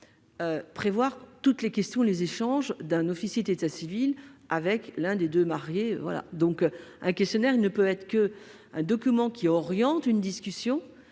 prévoir tous les échanges d'un officier d'état civil avec l'un des mariés. Un questionnaire ne peut être qu'un document qui oriente une discussion